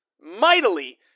mightily